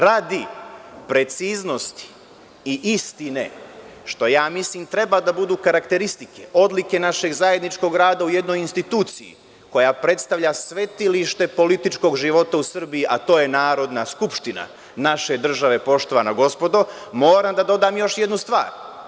Radi preciznosti i istine, što mislim da treba da budu karakteristike, odlike našeg zajedničkog rada u jednoj instituciji koja predstavlja svetilište političkog života u Srbiji, a to je Narodna skupština naše države, poštovana gospodo, moram da dodam još jednu stvar.